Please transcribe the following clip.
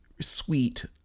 sweet